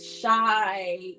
shy